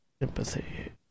empathy